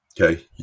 Okay